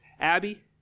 Abby